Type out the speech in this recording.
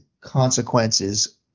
consequences